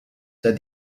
said